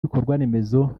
ibikorwaremezo